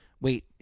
Wait